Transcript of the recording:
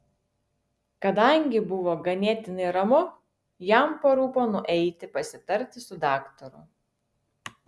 kadangi buvo ganėtinai ramu jam parūpo nueiti pasitarti su daktaru